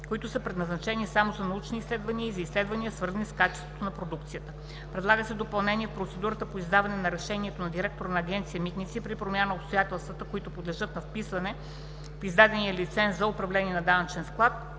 които са предназначени само за научни изследвания и за изследвания, свързани с качеството на продукцията. Предлага се допълнение в процедурата по издаване на решението на директора на Агенция „Митници“ при промяна на обстоятелствата, които подлежат на вписване в издадения лиценз за управление на данъчен склад,